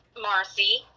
marcy